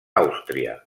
àustria